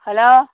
hello